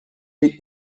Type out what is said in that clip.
jej